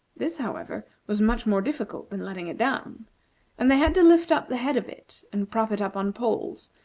this, however, was much more difficult than letting it down and they had to lift up the head of it, and prop it up on poles,